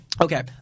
Okay